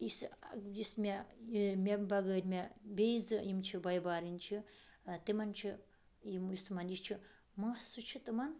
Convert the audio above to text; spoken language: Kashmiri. یُس یُس مےٚ یہِ مےٚ بَغٲرۍ مےٚ بیٚیہِ زٕ یِم چھِ بٔے بارٕنۍ چھِ تِمَن چھِ یِم یُس تِمَن یہِ چھُ مَس سُہ چھُ تِمَن